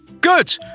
Good